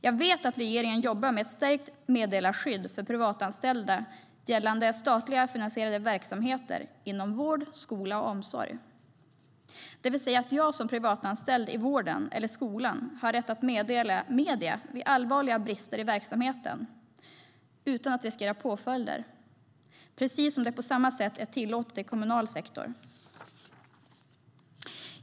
Jag vet att regeringen jobbar med ett stärkt meddelarskydd för privatanställda gällande statligt finansierade verksamheter inom vård, skola och omsorg. Det innebär att jag som privatanställd i vården eller skolan har rätt att meddela medierna vid allvarliga brister i verksamheten utan att riskera påföljder, på samma sätt som det är tillåtet i kommunal sektor.